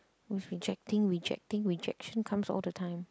was rejecting rejecting rejection comes all the time